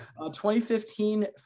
2015